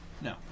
No